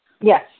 Yes